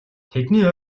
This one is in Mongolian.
тэдний